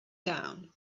down